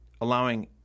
allowing